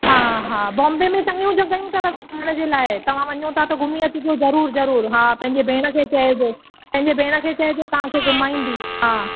हा हा बॉम्बे में चङियूं जॻहियूं अथव घुमण जे लाइ तव्हां वञो था त घुमी अचिजो ज़रूरु ज़रूरु हा पंहिंजे भेण खे चइजो पंहिंजे भेण खे चइजो तव्हांखे घुमाईंदी हा